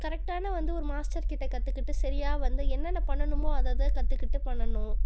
கரெக்ட்டான வந்து ஒரு மாஸ்டர் கிட்ட கற்றுக்கிட்டு சரியாக வந்து என்னென்ன பண்ணணுமோ அதை அதை கற்றுக்கிட்டு பண்ணணும்